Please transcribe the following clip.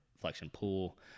flexion-pull